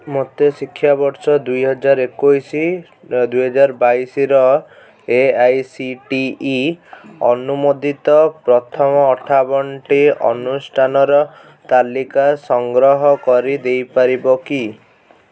ମୋତେ ଶିକ୍ଷାବର୍ଷ ଦୁଇ ହଜାର ଏକୋଇଶ ଦୁଇ ହଜାର ବାଇଶର A I C T E ଅନୁମୋଦିତ ପ୍ରଥମ ଅଠାବନଟି ଅନୁଷ୍ଠାନର ତାଲିକା ସଂଗ୍ରହ କରି ଦେଇପାରିବ କି